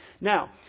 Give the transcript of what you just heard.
Now